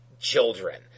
children